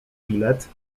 bilet